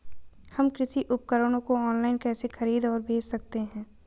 हम कृषि उपकरणों को ऑनलाइन कैसे खरीद और बेच सकते हैं?